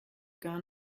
gar